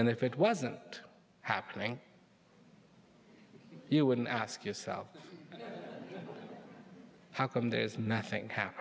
and if it wasn't happening you wouldn't ask yourself how come there's nothing ha